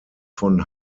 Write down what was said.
von